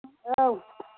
औ